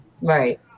Right